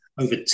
over